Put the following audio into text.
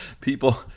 People